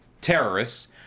terrorists